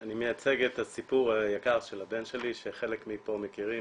אני מציג את הסיפור של הבן שלי שחלק מפה מכירים,